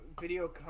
video